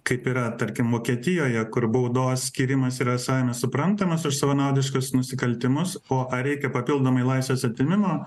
kaip yra tarkim vokietijoje kur baudos skyrimas yra savaime suprantamas už savanaudiškus nusikaltimus o ar reikia papildomai laisvės atėmimo